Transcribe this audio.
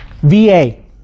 VA